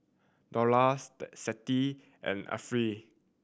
Dollah Siti and Arifa